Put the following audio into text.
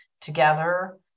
together